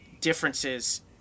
differences